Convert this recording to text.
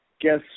Guess